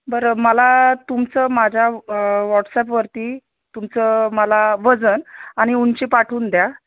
बरं मला तुमचं माझ्या व्हॉट्सॲपवरती तुमचं मला वजन आणि उंची पाठवून द्या